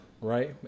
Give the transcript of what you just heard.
right